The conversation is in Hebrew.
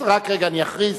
רק רגע, אני אכריז.